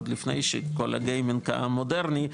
עוד לפני כל הגיימינג המודרני,